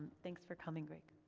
thanks for coming, greg.